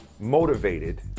motivated